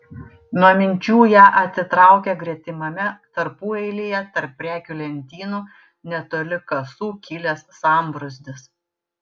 nuo minčių ją atitraukė gretimame tarpueilyje tarp prekių lentynų netoli kasų kilęs sambrūzdis